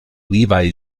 levi